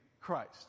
Christ